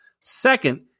Second